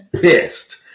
pissed